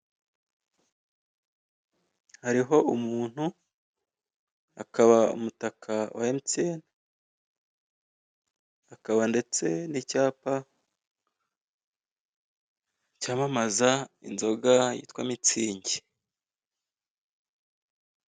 Hariho umuntu, hakaba umutaka wa mtn, hakaba ndetse n'icyapa cyamamaza inzoga yitwa mitsingi.